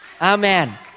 Amen